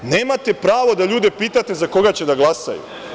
Nemate pravo da ljude pitate za koga će da glasaju.